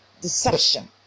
deception